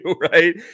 Right